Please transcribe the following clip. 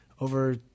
over